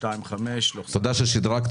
שעברה.